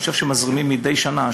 אני חושב שמזרימים מדי שנה,